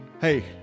hey